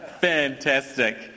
Fantastic